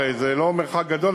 הרי זה לא מרחק גדול.